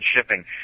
shipping